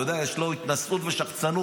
יש לו התנשאות ושחצנות,